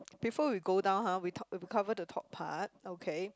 before we go down ha we co~ we cover the top part okay